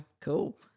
Cool